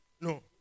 No